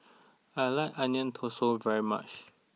I like Onion Thosai very much